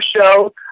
show